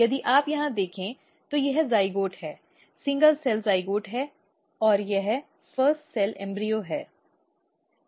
यदि आप यहां देखें तो यह जाइगोट है एकल कोशिका जाइगोट है और यह पहला कोशिका भ्रूण है